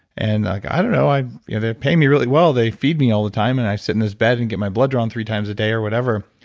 and i don't know. you know they pay me really well. they feed me all the time and i sit in this bed and get my blood drawn three times a day or whatever.